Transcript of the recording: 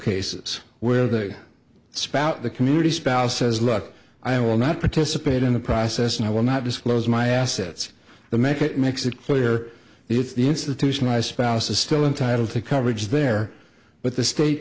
cases where the spout the community spouse says look i will not participate in the process and i will not disclose my assets to make it makes it clear if the institutionalized spouse is still entitled to coverage there but the state